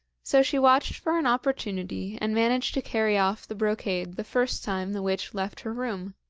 so she watched for an opportunity and managed to carry off the brocade the first time the witch left her room.